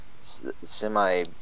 semi